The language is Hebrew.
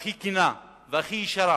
הכי כנה והכי ישרה,